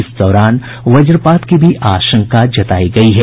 इस दौरान वज्रपात की भी आशंका जतायी गयी है